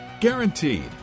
guaranteed